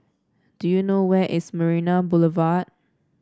do you know where is Marina Boulevard